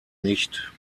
nicht